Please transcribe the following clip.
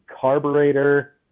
carburetor